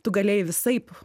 tu galėjai visaip